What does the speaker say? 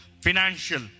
financial